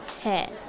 hair